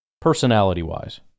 personality-wise